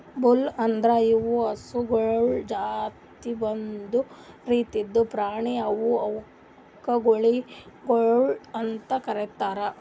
bull ಅಂದುರ್ ಇವು ಹಸುಗೊಳ್ ಜಾತಿ ಒಂದ್ ರೀತಿದ್ ಪ್ರಾಣಿ ಅವಾ ಇವುಕ್ ಗೂಳಿಗೊಳ್ ಅಂತ್ ಕರಿತಾರ್